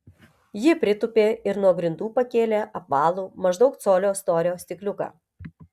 ji pritūpė ir nuo grindų pakėlė apvalų maždaug colio storio stikliuką